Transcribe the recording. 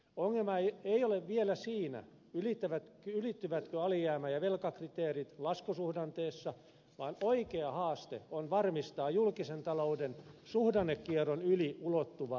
ongelma ei ole vielä siinä ylittyvätkö alijäämä ja velkakriteerit laskusuhdanteessa vaan oikea haaste on varmistaa julkisen talouden suhdannekierron yli ulottuva rakenteellinen vakaus